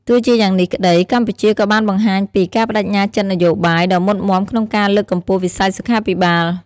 ទោះជាយ៉ាងនេះក្តី កម្ពុជាក៏បានបង្ហាញពី ការប្តេជ្ញាចិត្តនយោបាយ ដ៏មុតមាំក្នុងការលើកកម្ពស់វិស័យសុខាភិបាល។